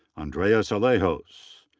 andres alejos.